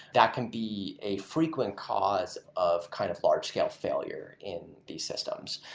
that can be a frequent cause of kind of large scale failure in these systems.